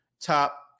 top